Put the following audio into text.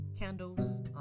candles